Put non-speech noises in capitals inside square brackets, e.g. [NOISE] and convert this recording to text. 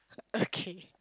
okay [LAUGHS]